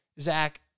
Zach